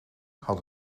had